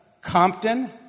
Compton